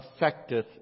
affecteth